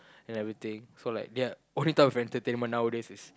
and everything so like ya only type of entertainment nowadays is